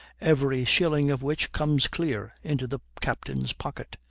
every shilling of which comes clear into the captain's pocket.